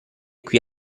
qui